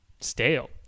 stale